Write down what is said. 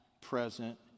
present